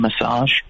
Massage